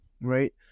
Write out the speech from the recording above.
right